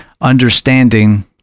understanding